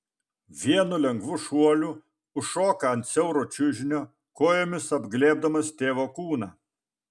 vienu lengvu šuoliu užšoka ant siauro čiužinio kojomis apglėbdamas tėvo kūną